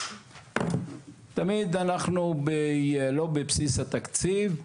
אנחנו תמיד לא בבסיס התקציב.